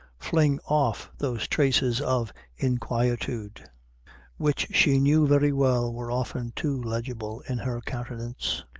fling off those traces of inquietude which she knew very well were often too legible in her countenance.